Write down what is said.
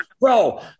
Bro